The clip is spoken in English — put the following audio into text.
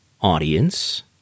audience